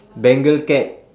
bengal cat